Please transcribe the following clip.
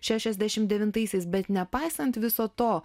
šešiasdešimt devintaisiais bet nepaisant viso to